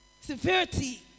severity